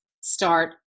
start